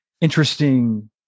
interesting